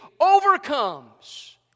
overcomes